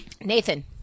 Nathan